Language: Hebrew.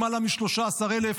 למעלה מ-13,000.